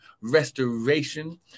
restoration